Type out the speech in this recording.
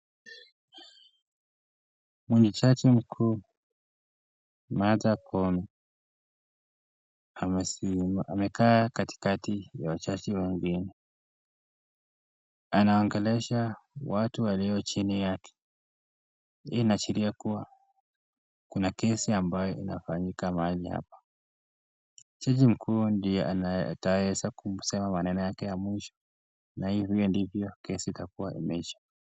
Ni jaji mkuu, Martha Koome, amesi, amekaa Kati kati ya wachaji wengine, anaongelesha, watu walio chini yake, hii inaashiria kuwa, kuna kesi ambayo inafanyika mahali hapa, jaji mkuu ndio anaeza aķasema maneno yake ya mwisho, na hivyo ndio kesi itakuwa imeisha.